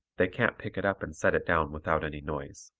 they can't pick it up and set it down without any noise.